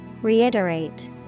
Reiterate